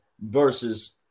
versus